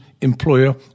employer